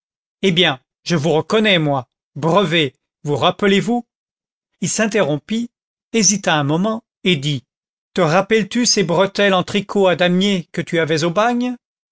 eh bien je vous reconnais moi brevet vous rappelez-vous il s'interrompit hésita un moment et dit te rappelles-tu ces bretelles en tricot à damier que tu avais